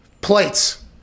plates